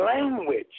language